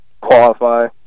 qualify